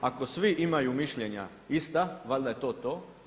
Ako svi imaju mišljenja ista valjda je to to.